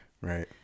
Right